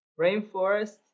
Rainforest